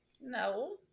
no